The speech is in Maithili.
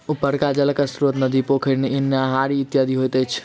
उपरका जलक स्रोत नदी, पोखरि, नहरि इत्यादि होइत अछि